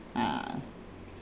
uh